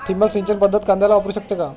ठिबक सिंचन पद्धत कांद्याला वापरू शकते का?